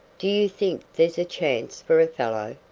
do you think there's a chance for a fellow?